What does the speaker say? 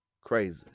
Crazy